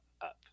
up